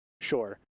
Sure